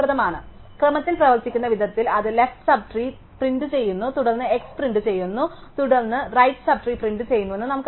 അതിനാൽ ക്രമത്തിൽ പ്രവർത്തിക്കുന്ന വിധത്തിൽ അത് ലെഫ്റ് സബ് ട്രീ പ്രിന്റുചെയ്യുന്നു തുടർന്ന് x പ്രിന്റുചെയ്യുന്നു തുടർന്ന് റൈറ്റ് സബ് ട്രീ പ്രിന്റ് ചെയ്തുവെന്ന് നമുക്കറിയാം